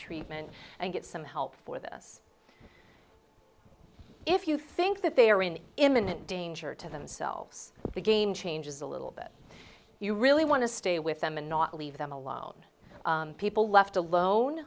treatment and get some help for this if you think that they are in imminent danger to themselves the game changes a little bit you really want to stay with them and not leave them alone people left alone